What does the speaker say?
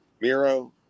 Miro